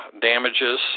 damages